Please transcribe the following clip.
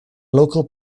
local